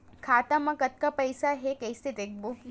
खाता मा कतका पईसा हे कइसे देखबो?